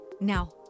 Now